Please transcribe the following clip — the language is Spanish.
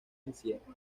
incierta